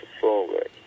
forward